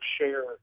share